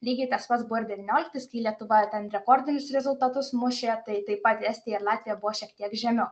lygiai tas pats buvo ir devynioliktais kai lietuva ten rekordinius rezultatus mušė tai taip pat estija ir latvija buvo šiek tiek žemiau